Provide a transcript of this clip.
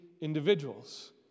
individuals